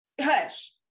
hush